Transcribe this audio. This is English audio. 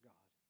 God